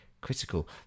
critical